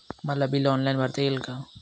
मला bill online भरता येईल का?